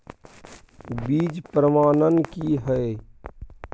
बीज प्रमाणन की हैय?